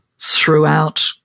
throughout